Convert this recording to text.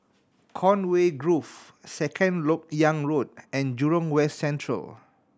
Conway Grove Second Lok Yang Road and Jurong West Central